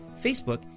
Facebook